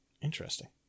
Interesting